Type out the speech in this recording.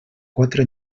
quatre